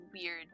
weird